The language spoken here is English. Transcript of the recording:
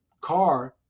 car